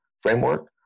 framework